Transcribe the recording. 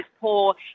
poor